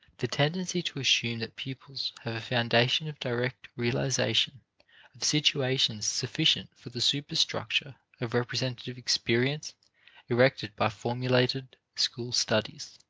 the tendency to assume that pupils have a foundation of direct realization of situations sufficient for the superstructure of representative experience erected by formulated school studies.